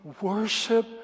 worship